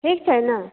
ठीक छै ने